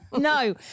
no